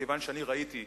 מכיוון שאני ראיתי,